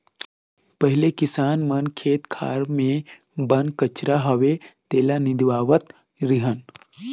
पहिले किसान मन खेत खार मे बन कचरा होवे तेला निंदवावत रिहन